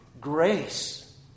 grace